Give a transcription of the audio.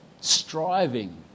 Striving